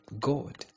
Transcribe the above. God